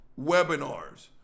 webinars